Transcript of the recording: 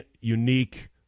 unique